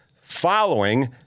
following